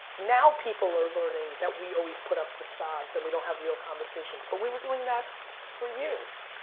now people are learning that we always put up facades and we don't have real conversations. but we were doing that for years.